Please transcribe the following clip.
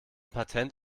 patent